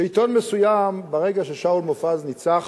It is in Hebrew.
שעיתון מסוים, ברגע ששאול מופז ניצח,